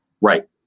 Right